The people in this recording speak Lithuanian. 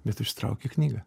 bet išsitrauki knygą